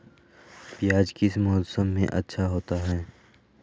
प्याज किस मौसम में अच्छा होता है?